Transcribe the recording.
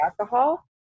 alcohol